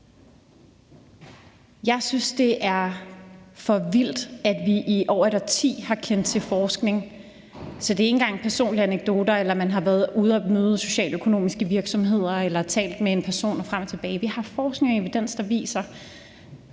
Jeg synes, det er for vildt, når vi i over et årti har kendt til forskning om det – så det er ikke engang personlige anekdoter, hvor man har været ude at møde socialøkonomiske virksomheder eller talt med en person og frem og tilbage – altså evidens, der viser,